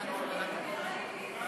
הסעיף האחרון.